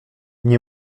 nie